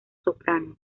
soprano